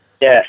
Yes